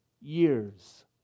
years